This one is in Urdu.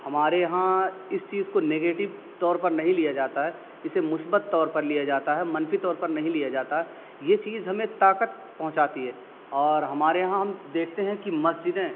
ہمارے یہاں اس چیز کو نگیٹو طور پر نہیں لیا جاتا ہے اسے مثبت طور پر لیا جاتا ہے منفی طور پر نہیں لیا جاتا یہ چیز ہمیں طاقت پہنچاتی ہے اور ہمارے یہاں ہم دیکھتے ہیں کہ مسجدیں